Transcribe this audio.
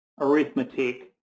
arithmetic